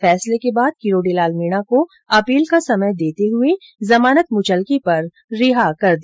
फैसले के बाद किरोडी लाल मीणा को अपील का समय देते हुए जमानत मुचलके पर रिहा कर दिया